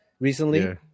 recently